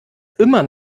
immer